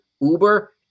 Uber